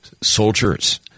soldiers